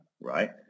right